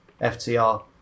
FTR